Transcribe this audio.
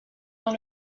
dans